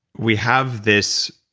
we have this